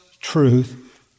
truth